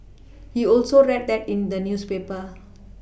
he also read that in the newspaper